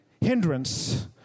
hindrance